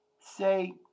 say